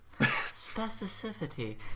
specificity